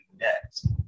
next